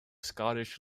scottish